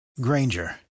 Granger